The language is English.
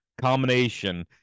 combination